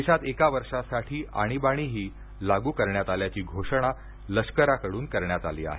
देशात एका वर्षासाठी आणीबाणीही लागू करण्यात आल्याची घोषणा लष्कराकडून करण्यात आली आहे